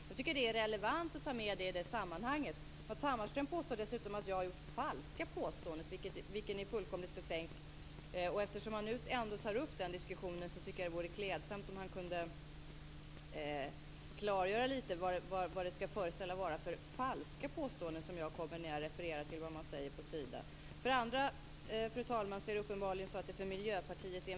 Jag tycker att det är relevant att ta upp begränsningsbeloppen i det här sammanhanget. Matz Hammarström påstår dessutom att jag har kommit med falska påståenden, vilket är fullkomligt befängt. Men eftersom han nu tar upp den diskussionen tycker jag att det vore klädsamt om han kunde klargöra vad det var för falska påståenden som jag kom med när jag refererade till vad man sade på Sida. Fru talman! Det här med tågtrafiken är uppenbarligen en öm tå för Miljöpartiet.